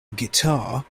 guitar